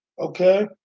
okay